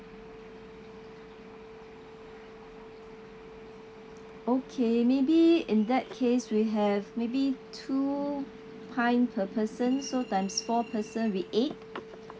okay maybe in that case we have maybe two pint per person so times four person will be eight